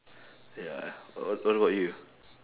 ya what what about you